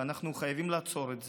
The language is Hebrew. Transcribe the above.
ואנחנו חייבים לעצור את זה.